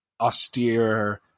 austere